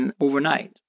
overnight